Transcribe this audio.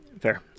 Fair